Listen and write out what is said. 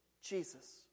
Jesus